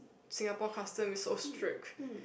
Singapore custom is so strict